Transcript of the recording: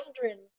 children